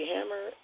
Hammer